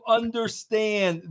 understand